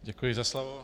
Děkuji za slovo.